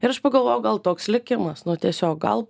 ir aš pagalvojau gal toks likimas nu tiesiog gal